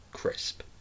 Crisp